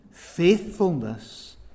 faithfulness